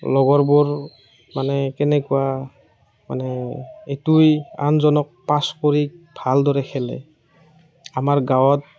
লগৰবোৰ মানে কেনেকুৱা মানে ইটোৱে আনজনক পাছ কৰি ভালদৰে খেলে আমাৰ গাঁৱত